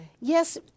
Yes